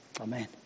amen